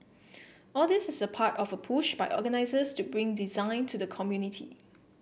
all this is part of push by organisers to bring design to the community